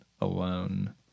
alone